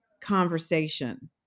conversation